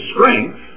strength